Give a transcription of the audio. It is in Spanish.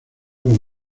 como